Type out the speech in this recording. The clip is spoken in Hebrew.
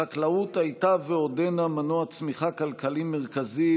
החקלאות הייתה מנוע צמיחה כלכלי מרכזי,